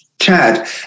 Chad